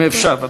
אם אפשר.